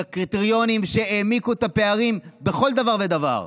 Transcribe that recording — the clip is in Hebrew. בקריטריונים שהעמיקו את הפערים בכל דבר ודבר.